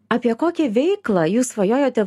apie kokią veiklą jūs svajojote